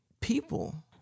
people